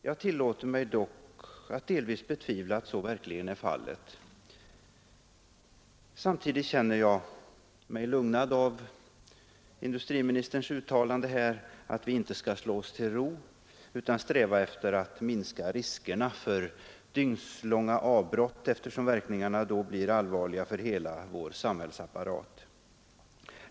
Fru talman! Jag ber att få tacka industriministern för svaret på min interpellation. Den förhållandevis omfattande redogörelsen för beredskapsåtgärderna på elområdet ger otvivelaktigt det intrycket att vi här i landet — trots upprepade störningar och katastroftillbud — har en ganska god beredskap. Jag tillåter mig dock betvivla att så verkligen är fallet. Samtidigt känner jag mig lugnad av industriministerns uttalande att vi inte skall slå oss till ro utan sträva efter att minska riskerna för dygnslånga avbrott eftersom verkningarna av sådana avbrott blir allvarliga för hela vår samhällsapparat.